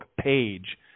page